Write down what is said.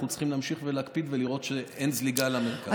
אנחנו צריכים להמשיך ולהקפיד ולראות שאין זליגה למרכז.